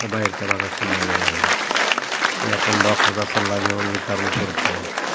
का बाहेरच्या भागात सांभाळलेली आहे हे आपण डॉक्टरचा सल्ला घेऊन विचारून करतो